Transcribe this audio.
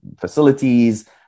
facilities